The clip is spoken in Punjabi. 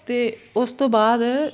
ਅਤੇ ਉਸ ਤੋਂ ਬਾਅਦ